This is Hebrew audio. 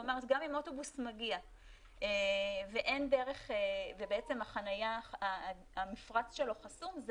גם אם אוטובוס מגיע ובעצם המפרץ שלו חסום,